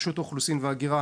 ברשות האוכלוסין וההגירה